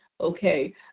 okay